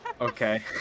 Okay